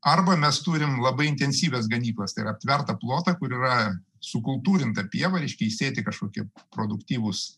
arba mes turim labai intensyvias ganyklas tai yra aptvertą plotą kur yra sukultūrinta pieva reiškia įsėti kažkokie produktyvūs